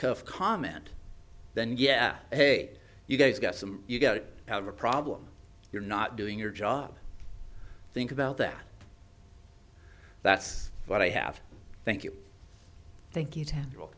cuff comment then yeah ok you guys got some you got out of a problem you're not doing your job think about that that's what i have thank you thank you to handle